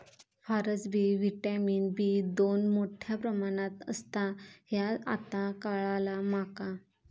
फारसबी vitamin B दोन मोठ्या प्रमाणात असता ह्या आता काळाला माका